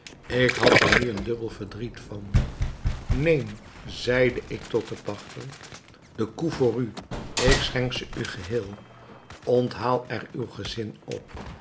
ik had er nu een dubbel verdriet van neem zeide ik tot den pachter de koe voor u ik schenk ze u geheel onthaal er uw gezin op